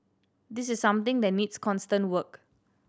this is something that needs constant work